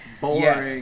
boring